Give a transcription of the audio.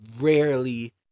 rarely